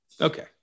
okay